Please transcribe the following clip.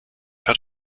had